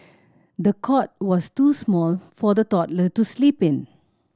the cot was too small for the toddler to sleep in